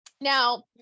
Now